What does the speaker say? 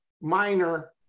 minor